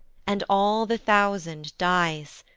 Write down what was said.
and all the thousand dies,